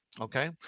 okay